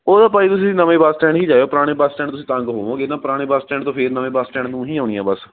ਉਹ ਤਾਂ ਭਾਅ ਜੀ ਤੁਸੀਂ ਨਵੇਂ ਬੱਸ ਸਟੈਂਡ ਹੀ ਜਾਇਓ ਪੁਰਾਣੇ ਬੱਸ ਸਟੈਂਡ ਤੁਸੀਂ ਤੰਗ ਹੋਵੋਗੇ ਨਾ ਪੁਰਾਣੇ ਬੱਸ ਸਟੈਂਡ ਤੋਂ ਫਿਰ ਨਵੇਂ ਬੱਸ ਸਟੈਂਡ ਨੂੰ ਹੀ ਆਉਣੀ ਹੈ ਬੱਸ